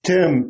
Tim